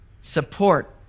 support